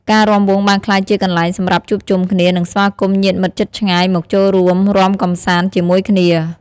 ការរាំវង់បានក្លាយជាកន្លែងសម្រាប់ជួបជុំគ្នា និងស្វាគមន៍ញាតិមិត្តជិតឆ្ងាយមកចូលរួមរាំកម្សាន្តជាមួយគ្នា។